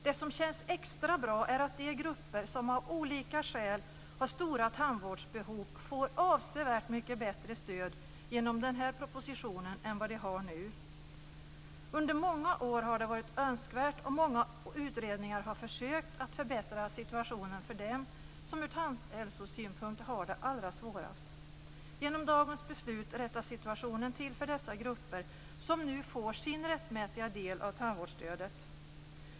Det som känns extra bra är att de grupper som av olika skäl har stora tandvårdsbehov får ett avsevärt mycket bättre stöd genom den här propositionen än de nu får. I många år har det varit önskvärt, och många utredningar har försökt, att förbättra situationen för dem som från tandhälsosynpunkt har det allra svårast. Genom dagens beslut rättas situationen till för dessa grupper, som nu får sin rättmätiga del av tandvårdsstödet.